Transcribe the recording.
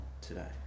today